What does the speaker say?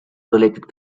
related